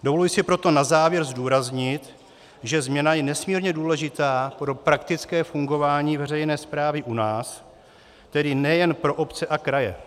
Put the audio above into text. Dovoluji si proto na závěr zdůraznit, že změna je nesmírně důležitá pro praktické fungování veřejné správy u nás, tedy nejen pro obce a kraje.